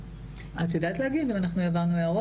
את יודעת להגיד אם אנחנו העברנו הערות?